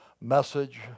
message